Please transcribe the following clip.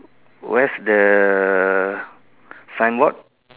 where's the sign board